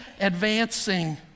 advancing